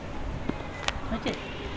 হয়েছে